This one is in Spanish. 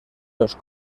los